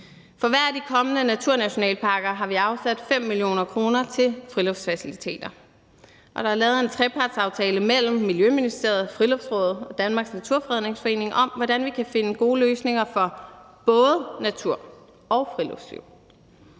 For hver af de kommende naturnationalparker har vi afsat 5 mio. kr. til friluftsfaciliteter, og der er lavet en trepartsaftale mellem Miljøministeriet, Friluftsrådet og Danmarks Naturfredningsforening om, hvordan vi kan finde gode løsninger for både natur og friluftsliv.